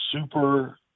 super